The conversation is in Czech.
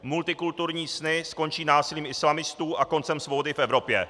Multikulturní sny skončí násilím islamistů a koncem svobody v Evropě.